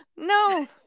No